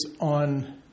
on